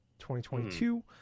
2022